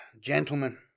gentlemen